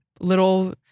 little